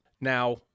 Now